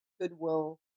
goodwill